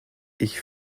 ich